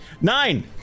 Nine